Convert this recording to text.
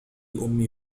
أمي